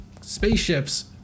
spaceships